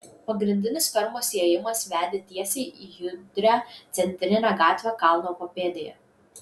pagrindinis fermos įėjimas vedė tiesiai į judrią centrinę gatvę kalno papėdėje